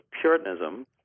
Puritanism